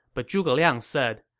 but zhuge liang said,